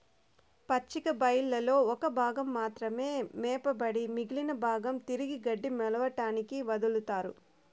పచ్చిక బయళ్లలో ఒక భాగం మాత్రమే మేపబడి మిగిలిన భాగం తిరిగి గడ్డి మొలవడానికి వదులుతారు